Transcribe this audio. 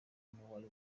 n’uwari